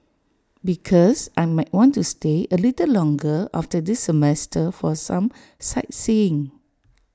because I might want to stay A little longer after this semester for some sightseeing